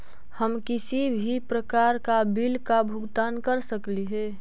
हम किसी भी प्रकार का बिल का भुगतान कर सकली हे?